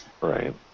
Right